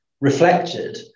reflected